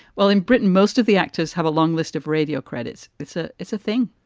while in britain, most of the actors have a long list of radio credits it's a it's a thing,